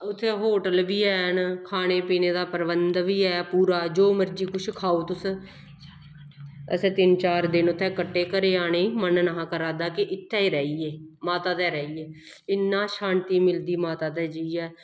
उत्थें होटल बी हैन खाने पीने दा प्रबंध बी ऐ पूरा जो मर्जी कुछ खाओ तुस असें तिन चार दिन उत्थें कट्टे घरै गी आने गी मन निं हा करा दा कि इत्थें गै रेहिये माता दे गै रेहिये इन्ना शांति मिलदी माता दे जाइयै